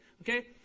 okay